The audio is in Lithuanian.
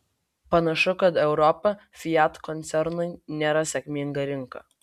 panašu kad europa fiat koncernui nėra sėkminga rinka